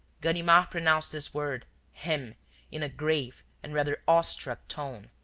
ganimard pronounced this word him in a grave and rather awe-struck tone,